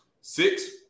six